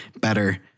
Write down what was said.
better